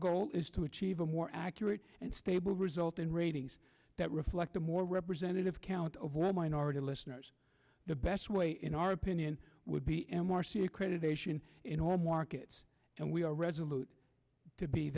goal is to achieve a more accurate and stable result in ratings that reflect a more representative count of where minority listeners the best way in our opinion would be m r c accreditation in all markets and we are resolute to be